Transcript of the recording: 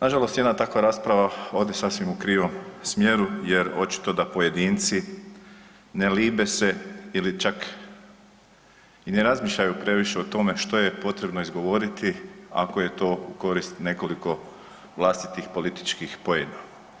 Nažalost jedna takva rasprava ode sasvim u krivom smjeru jer očito da pojedinci ne libe se ili čak i ne razmišljaju previše o tome što je potrebno izgovoriti ako je to u korist nekoliko vlastitih političkih poena.